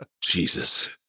jesus